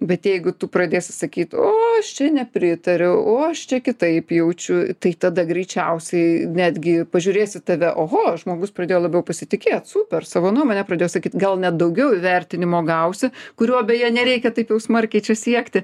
bet jeigu tu pradėsi sakyt o aš čia nepritariu o aš čia kitaip jaučiu tai tada greičiausiai netgi pažiūrės į tave oho žmogus pradėjo labiau pasitikėt super savo nuomonę pradėjo sakyt gal net daugiau įvertinimo gausi kurio beje nereikia taip jau smarkiai čia siekti